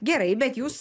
gerai bet jūs